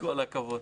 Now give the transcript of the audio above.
כל הכבוד.